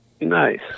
Nice